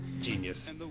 genius